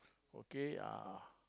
okay ah